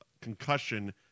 concussion